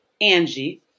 Angie